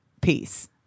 Peace